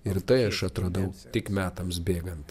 ir tai aš atradau tik metams bėgant